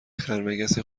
خرمگسی